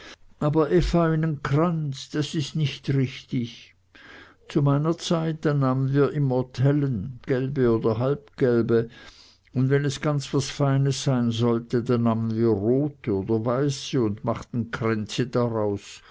n kranz das is nich richtig zu meiner zeit da nahmen wir immortellen gelbe oder halbgelbe und wenn es ganz was feines sein sollte denn nahmen wir rote oder weiße und machten kränze draus